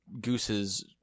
Goose's